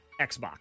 Xbox